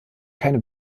keine